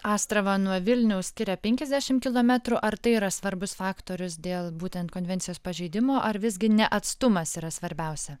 astravą nuo vilniaus skiria penkiasdešimt kilometrų ar tai yra svarbus faktorius dėl būtent konvencijos pažeidimo ar visgi ne atstumas yra svarbiausia